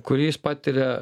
kurį jis patiria